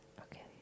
Okay